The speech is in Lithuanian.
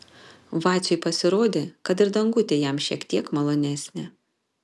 vaciui pasirodė kad ir dangutė jam šiek tiek malonesnė